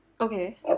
Okay